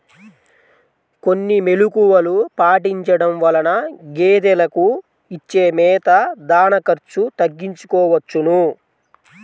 కొన్ని మెలుకువలు పాటించడం వలన గేదెలకు ఇచ్చే మేత, దాణా ఖర్చు తగ్గించుకోవచ్చును